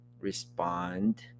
respond